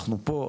אנחנו פה,